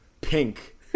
pink